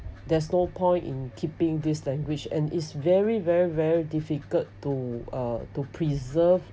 there's no point in keeping this language and it's very very very difficult to uh to preserve